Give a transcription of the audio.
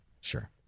Sure